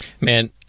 Man